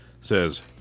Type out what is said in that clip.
says